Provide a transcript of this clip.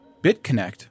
BitConnect